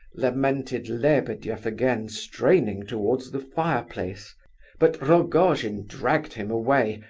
lamented lebedeff again, straining towards the fireplace but rogojin dragged him away,